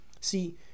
See